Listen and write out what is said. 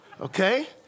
Okay